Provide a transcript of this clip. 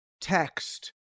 text